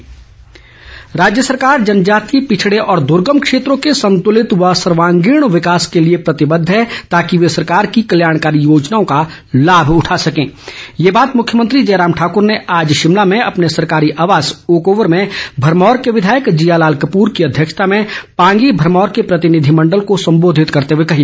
CM मेंट राज्य सरकार जनजातीय पिछड़े और दुर्गम क्षेत्रों के संतुलित व सर्वागीण विकास के लिए प्रतिबद्ध है ताकि वे सरकार की कल्याण कारी योजनाओं का लाभ उठा सके े ये बात मुख्यमंत्री जयराम ठाकुर ने आज शिमला में अपने सरकारी आवास ओक ओवर में भरमौर के विधायक जियालाल कपूर की अध्यक्षता में पांगी भरमौर के प्रतिनिधिमंडल को संबोधित करते हुए कही